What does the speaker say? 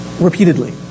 repeatedly